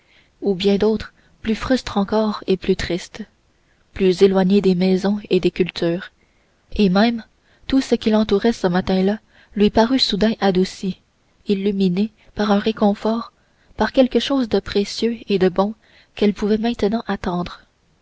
ou bien d'autres plus frustes encore et plus tristes plus éloignés des maisons et des cultures et même tout ce qui l'entourait ce matin-là lui parut soudain adouci illuminé par un réconfort par quelque chose de précieux et de bon qu'elle pouvait maintenant attendre